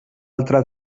altra